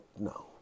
no